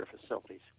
facilities